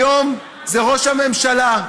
היום זה ראש הממשלה,